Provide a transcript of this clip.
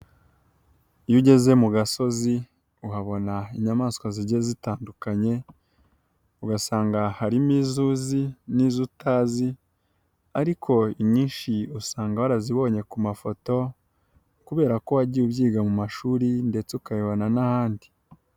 Iyo ugeze mu gasozi uhabona inyamaswa zijyiye zitandukanye ugasanga harimo izo uzi n'izo utazi ariko inyinshi usanga warazibonye ku mafoto kubera ko wagiye ubyiga mu mashuri ndetse ukayabona n'ahandi.